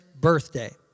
birthday